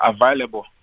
available